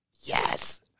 Yes